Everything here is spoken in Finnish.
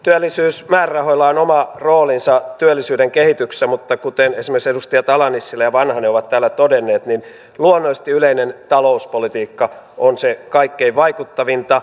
työllisyysmäärärahoilla on oma roolinsa työllisyyden kehityksessä mutta kuten esimerkiksi edustajat ala nissilä ja vanhanen ovat täällä todenneet niin luonnollisesti yleinen talouspolitiikka on kaikkein vaikuttavinta